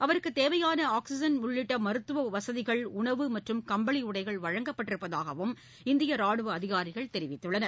அவருக்குத் தேவையான ஆக்சிஜன் உள்ளிட்ட மருத்துவ வசதிகள் உணவு மற்றும் கம்பளி உடைகள் வழங்கப்பட்டிருப்பதாகவும் இந்திய ராணுவ அதிகாரிகள் தெரிவித்துள்ளனர்